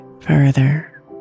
further